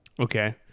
Okay